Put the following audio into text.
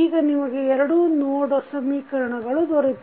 ಈಗ ನಿಮಗೆ ಎರಡು ನೋಡ್ ಸಮೀಕರಣಗಳು ದೊರೆತಿವೆ